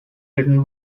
written